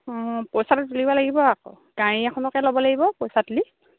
অঁ পইছাটো তুলিব লাগিব আকৌ গাড়ী এখনকে ল'ব লাগিব পইছা তুলি